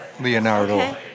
Leonardo